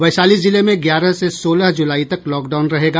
वैशाली जिले में ग्यारह से सोलह जुलाई तक लॉकडालन रहेगा